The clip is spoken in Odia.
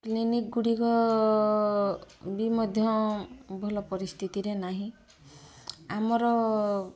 କ୍ଲିନିକ୍ ଗୁଡ଼ିକ ବି ମଧ୍ୟ ଭଲ ପରିସ୍ଥିତିରେ ନାହିଁ ଆମର